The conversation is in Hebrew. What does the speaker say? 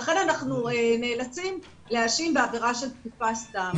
לכן אנחנו נאלצים להאשים בעבירה של תקיפה סתם.